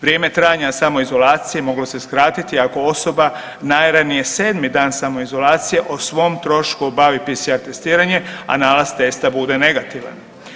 Vrijeme trajanja samoizolacije moglo se skratiti ako osoba najranije 7 dan samoizolacije o svom trošku obavi PCR testiranje, a nalaz testa bude negativan.